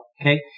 okay